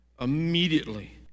immediately